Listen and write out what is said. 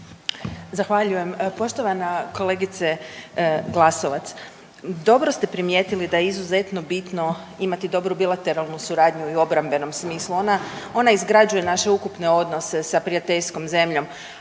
Zahvaljujem. Poštovana kolegice Glasovac, dobro ste primijetili da je izrazito bitno imati dobru bilateralnu suradnju i u obrambenom smislu. Ona izgrađuje naše ukupne odnose sa prijateljskom zemljom,